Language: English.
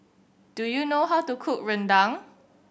do you know how to cook Rendang